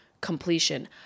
completion